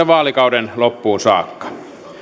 vaalikauden loppuun saakka